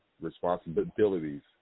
responsibilities